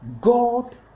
God